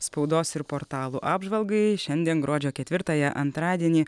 spaudos ir portalų apžvalgai šiandien gruodžio ketvirtąją antradienį